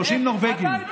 30 נורבגים.